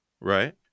Right